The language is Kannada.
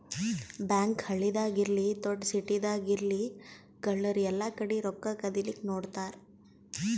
ಬ್ಯಾಂಕ್ ಹಳ್ಳಿದಾಗ್ ಇರ್ಲಿ ದೊಡ್ಡ್ ಸಿಟಿದಾಗ್ ಇರ್ಲಿ ಕಳ್ಳರ್ ಎಲ್ಲಾಕಡಿ ರೊಕ್ಕಾ ಕದಿಲಿಕ್ಕ್ ನೋಡ್ತಾರ್